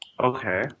Okay